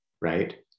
Right